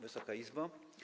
Wysoka Izbo!